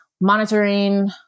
monitoring